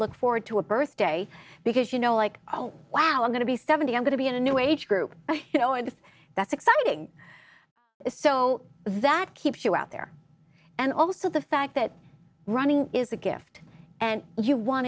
look forward to a birthday because you know like oh wow i'm going to be seventy i'm going to be in a new age group but you know if that's exciting so that keeps you out there and also the fact that running is a gift and you want